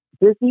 busy